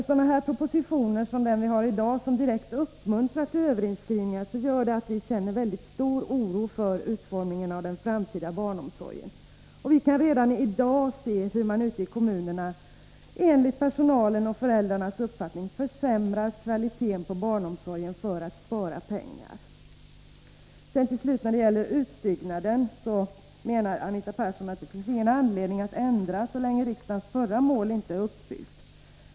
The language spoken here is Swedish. Sådana propositioner som den vi behandlar i dag, som direkt uppmuntrar till överinskrivningar, gör att vi känner väldigt stor oro för utformningen av den framtida barnomsorgen. Vi kan redan i dag se hur man ute i kommunerna försämrar kvaliteten på barnomsorgen för att spara pengar, detta enligt personalens och föräldrarnas uppfattning. När det gäller utbyggnaden slutligen menar Anita Persson att det inte finns någon anledning att göra ändringar så länge riksdagens förra mål inte är uppnått.